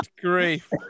grief